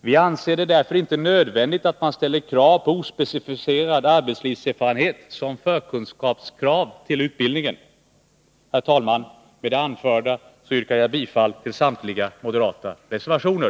Vi anser det därför inte nödvändigt att man ställer kråv på ospecificerad arbetslivserfarenhet som förkunskapskrav. Herr talman! Med det anförda yrkar jag bifall till samtliga moderata reservationer.